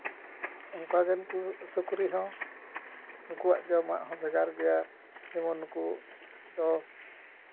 ᱚᱱᱠᱟᱜᱮ ᱱᱩᱠᱩ ᱥᱩᱠᱨᱤ ᱦᱚᱸ ᱱᱩᱠᱩᱣᱟᱜ ᱡᱚᱢᱟᱜ ᱦᱚᱸ ᱵᱷᱮᱜᱟᱨ ᱜᱮᱭᱟ ᱡᱮᱢᱚᱱ ᱱᱩᱠᱩ ᱫᱚ